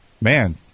Man